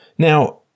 Now